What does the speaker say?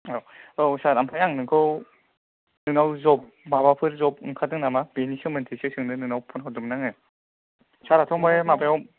औ औ सार आमफ्राय सार आं नोंखौ नोंनाव जब माबाफोर जब ओंखारदों नामा बेनि सोमोन्दैसो सोंनो नोंनाव फन हरदोंमोन आङो साराथ' बे माबायाव